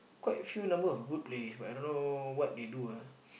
quite few number of good plays but I don't know what they do ah